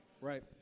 Right